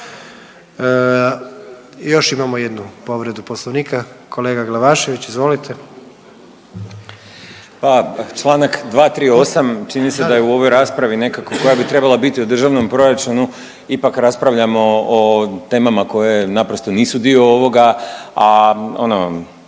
Još imamo jednu povredu Poslovnika. Kolega Glavašević. Izvolite. **Glavašević, Bojan (Nezavisni)** Pa čl. 238. Čini se da je u ovoj raspravi nekako koja bi trebala biti o državnom proračunu ipak raspravljamo o temama koje naprosto nisu dio ovoga, a ono,